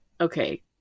okay